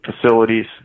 facilities